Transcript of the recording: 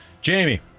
Jamie